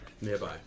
Nearby